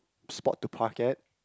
spot to park at